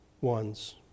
ones